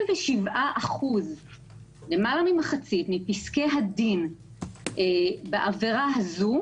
ש-57% מפסקי הדין בעבירה הזו,